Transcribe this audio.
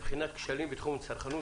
שלי אחר ממך כי אתה מחובר גם לשכבות החלשות,